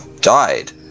died